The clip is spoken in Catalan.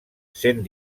sent